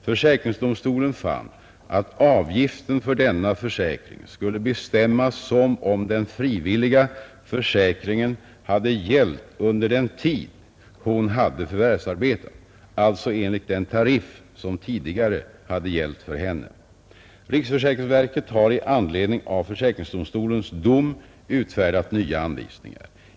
Försäkringsdomstolen fann att avgiften för denna försäkring skulle bestämmas som om den frivilliga försäkringen hade gällt under den tid hon hade förvärvsarbetat, alltså enligt den tariff som tidigare hade gällt för henne. Riksförsäkringsverket har i anledning av försäkringsdomstolens dom utfärdat nya anvisningar.